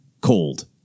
cold